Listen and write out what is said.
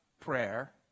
prayer